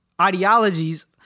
ideologies